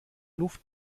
luft